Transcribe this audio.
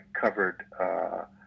covered